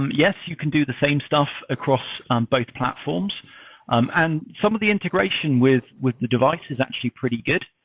yes, you can do the same stuff across um both platforms um and some of the integration with with the device is actually pretty good,